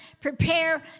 prepare